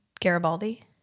Garibaldi